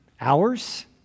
hours